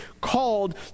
called